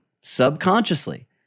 subconsciously